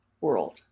world